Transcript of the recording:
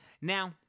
Now